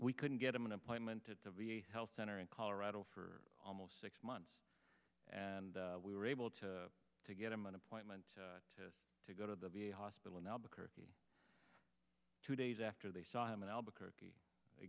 we couldn't get him an appointment at the v a health center in colorado for almost six months and we were able to to get him an appointment to go to the v a hospital in albuquerque two days after they saw him in albuquerque